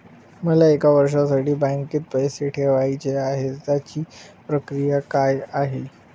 मला एक वर्षासाठी बँकेत पैसे ठेवायचे आहेत त्याची प्रक्रिया काय?